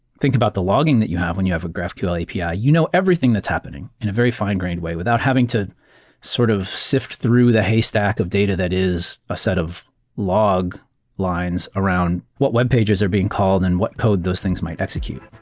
think about the logging that you have when you have a graphql api. yeah you know everything that's happening in a very fine-grained way without having to sort of sift through the haystack of data that is a set of log lines around what webpages are being called and what code those things might execute.